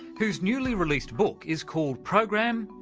who's newly-released book is called program,